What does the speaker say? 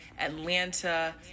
Atlanta